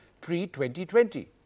pre-2020